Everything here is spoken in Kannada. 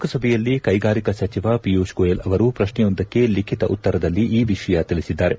ಲೋಕಸಭೆಯಲ್ಲಿ ಕೈಗಾರಿಕಾ ಸಚಿವ ಪಿಯೂಷ್ ಗೋಯಲ್ ಅವರು ಪ್ರಶ್ನೆಯೊಂದಕ್ಕೆ ಲಿಖಿತ ಉತ್ತರದಲ್ಲಿ ಈ ವಿಷಯ ತಿಳಿಸಿದ್ದಾರೆ